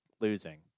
losing